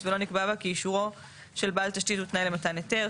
ולא נקבע בה כי אישורו של בעל תשתית הוא תנאי למתן היתר,